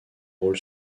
rôle